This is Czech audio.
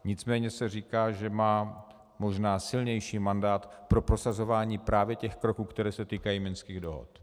Nicméně se říká, že má možná silnější mandát pro prosazování právě těch kroků, které se týkají minských dohod.